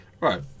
right